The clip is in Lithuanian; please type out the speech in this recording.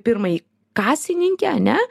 pirmai kasininkę ane